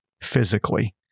physically